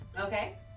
Okay